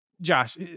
Josh